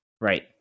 Right